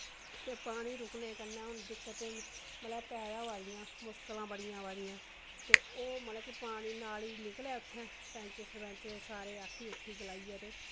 ते पानी रूकने कन्नै हून दिक्कतें मतलव पैदा होआ दिआं मुश्किलां बड़ियां आवा दिआं ते ओह् मतलव कि पानी नाली निकलै उत्थैं पंच सरपंच सारें गी आखी उखी गलाईयै